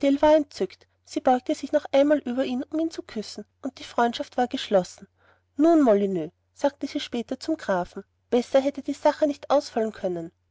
entzückt sie beugte sich noch einmal über ihn um ihn zu küssen und die freundschaft war geschlossen nun molyneux sagte sie später zu dem grafen besser hatte die sache nicht ausfallen können